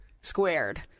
squared